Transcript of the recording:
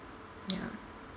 ya